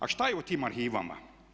A šta je u tim arhivama?